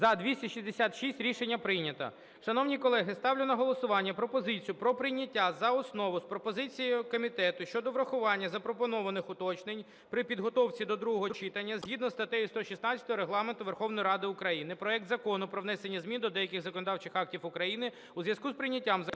За-266 Рішення прийнято. Шановні колеги, ставлю на голосування пропозицію про прийняття за основу з пропозицією комітету щодо врахування запропонованих уточнень при підготовці до другого читання, згідно із статтею 116 Регламенту Верховної Ради України, проект Закону про внесення змін до деяких законодавчих актів України у зв'язку з прийняттям Закону